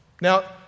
Now